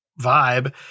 vibe